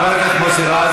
חבר הכנסת מוסי רז,